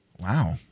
Wow